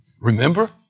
Remember